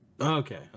Okay